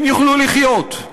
הם יוכלו לחיות.